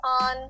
on